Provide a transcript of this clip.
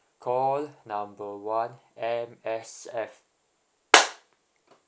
call number one M_S_F